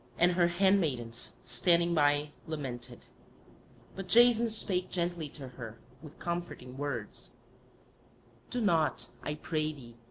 and her handmaidens, standing by, lamented but jason spake gently to her with comforting words do not, i pray thee,